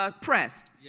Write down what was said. pressed